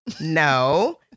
no